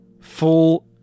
full